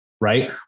right